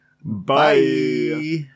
bye